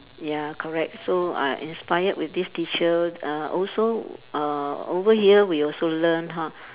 ya correct so I inspired with this teacher uh also uh over here we also learn ho~